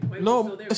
No